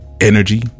Energy